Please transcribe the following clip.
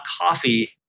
.coffee